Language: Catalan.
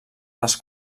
les